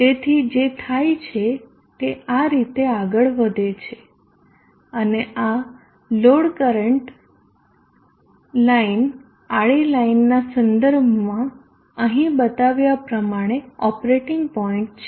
તેથી જે થાય છે તે આ રીતે આગળ વધે છે અને આ લોડ કરંટ લાઈન આડી લાઈનનાં સંદર્ભમાં અહીં બતાવ્યા પ્રમાણે ઓપરેટિંગ પોઇન્ટ છે